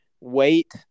wait